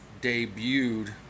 debuted